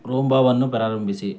ರೂಂಬಾವನ್ನು ಪ್ರಾರಂಭಿಸಿ